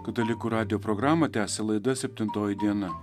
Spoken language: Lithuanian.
katalikų radijo programą tęsia laida septintoji diena